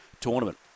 tournament